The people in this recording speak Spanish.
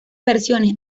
versiones